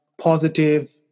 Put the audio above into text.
positive